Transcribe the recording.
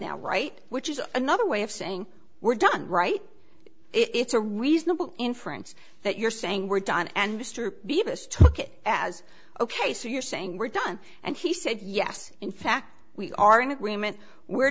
now right which is another way of saying we're done right it's a reasonable inference that you're saying we're done and mr davis took it as ok so you're saying we're done and he said yes in fact we are in agreement we